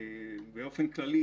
באופן כללי,